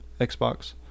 Xbox